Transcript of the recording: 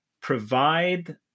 provide